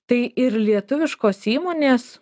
tai ir lietuviškos įmonės